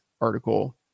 article